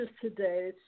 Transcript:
today